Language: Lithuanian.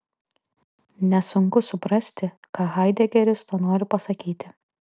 nesunku suprasti ką haidegeris tuo nori pasakyti